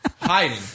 hiding